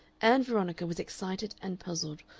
ann veronica was excited and puzzled,